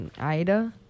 Ida